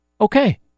Okay